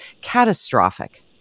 catastrophic